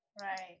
Right